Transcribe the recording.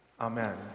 Amen